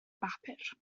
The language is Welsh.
bapur